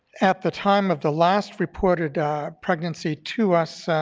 at the time of the last reported pregnancy to us